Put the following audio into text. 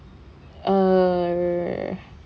err